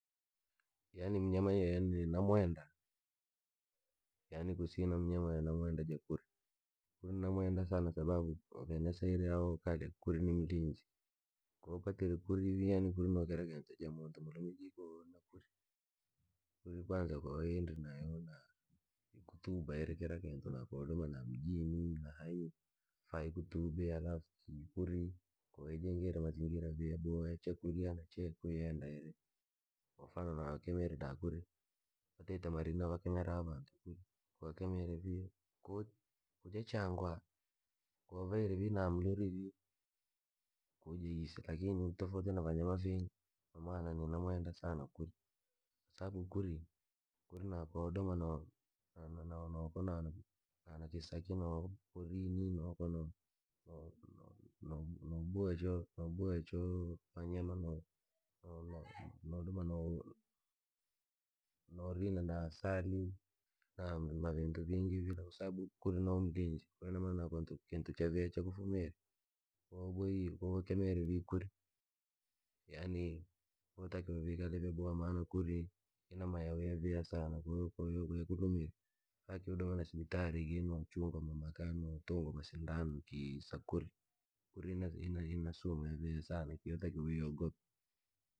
Yaani mnyama ye ninamwenda, yani kusina mnyama ye namwenda ja kuuri, kuri namwenda sana sababu venye naseire aho kale kuuri ni mlinzi. Ko wapatire kuuri vee no kuui no kira kintu ja muntu mulume jii koo na kuri, kuuri kwanza ko wayendre nayo na- nkutuba iri kira kintu na ko wodoma na namjini na hayi, hayi kutuba iri si kuri, ko waijengire mazingira vii yaboha chakurya na che kukwenda iri, kwa mfano wakemire daa kuuri, kwatite marina vakemera vantu kuri, ko wakemire vii, kuuja kuja changwa, kwa wavaire vii da mluri vii, kuuja yiise lakini tofauti na vanyama viingi, no maana ni namwenda saana kuuri. Kwasababu kuuri, kuri na kwo wodoma no- na- nonoo ko na noo na- nakisaaki nooka porini no kono noo- noo- noo- noo- guajaa noguacha wanyama no norina no, norina na asili na- navintu vyiingi vila usabu kuuri no mlinzi. Ko inamaana kuntu kintu chaviha chakufumire, kwo waboire kwo wakemire vii kuuri, yaani yootakiwa wiikale vyaboha maana kuuri, ina mayao yaviha saana kwo we yakulumire, haki udome sibitari jii nu chungwa mamaka no tungwa masindano kii sa kuuri. Kuuri ina- ina- inasumu yariha saana yotakiwa uiogope.